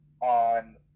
on